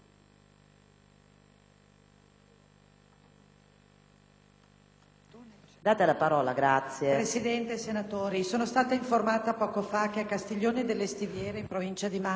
Presidente, senatori, sono stata informata poco fa che a Castiglione delle Stiviere, in provincia di Mantova, città nella quale vivo,